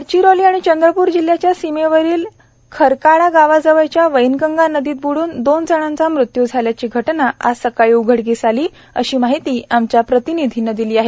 गडचिरोली आणि चंद्रपूर जिल्ह्याच्या सीमेवरील खरकाडा गावाजवळच्या वैनगंगा नदीत बुडून दोन जणांचा मृत्यू झाल्याची घटना आज सकाळी उघडकीस आली अशी माहिती आमच्या प्रतिनिधीने दिली आहे